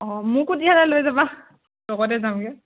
অঁ মোকো তেতিয়াহ'লে লৈ যাবা লগতে যামগৈ